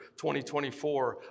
2024